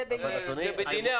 זה ביניהם.